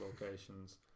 locations